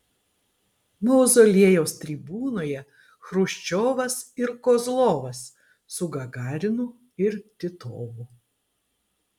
mauzoliejaus tribūnoje chruščiovas ir kozlovas su gagarinu ir titovu